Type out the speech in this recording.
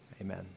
amen